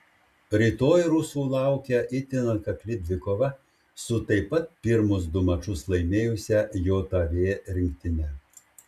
rytoj rusų laukia itin atkakli dvikova su taip pat pirmus du mačus laimėjusia jav rinktine